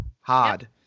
hard